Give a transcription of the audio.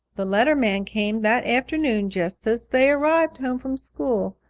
the letter man came that afternoon just as they arrived home from school.